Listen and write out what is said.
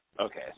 Okay